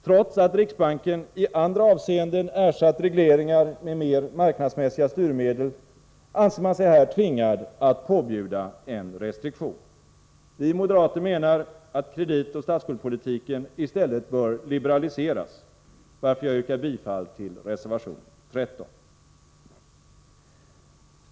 Trots att riksbanken i andra avseenden ersatt regleringar med mer marknadsmässiga styrmedel, anser man sig här tvingad att påbjuda en restriktion. Vi moderater menar att kreditoch statsskuldpolitiken i stället bör liberaliseras, varför jag yrkar bifall till reservation nr 13.